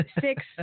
Six